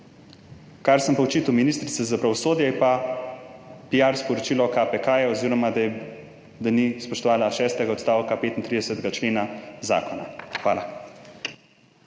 Kar sem pa očital ministrici za pravosodje, je pa piar sporočilo KPK oz. da je, da ni spoštovala šestega odstavka 35. člena zakona. Hvala.